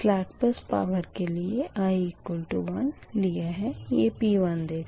सलेकबस power के लिए i1 लिया है ये P1 देगा